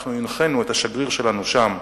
הנחינו את השגריר שלנו שם,